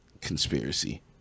conspiracy